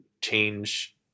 change